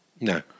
No